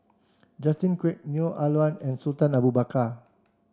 Justin Quek Neo Ah Luan and Sultan Abu Bakar